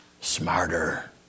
smarter